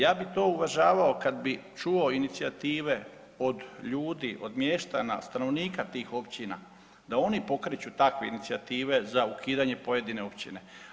Ja bih to uvažavao kada bi čuo inicijative od ljudi, od mještana, stanovnika tih općina da oni pokreću takve inicijative za ukidanje pojedine općine.